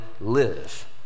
live